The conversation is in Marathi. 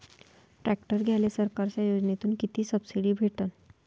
ट्रॅक्टर घ्यायले सरकारच्या योजनेतून किती सबसिडी भेटन?